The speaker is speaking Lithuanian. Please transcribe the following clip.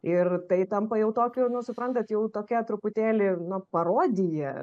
ir tai tampa jau tokiu nu suprantat jau tokia truputėlį nu parodija